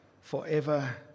forever